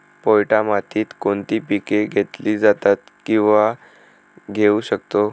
पोयटा मातीत कोणती पिके घेतली जातात, किंवा घेऊ शकतो?